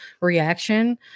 reaction